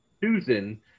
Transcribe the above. Susan